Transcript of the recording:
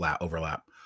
overlap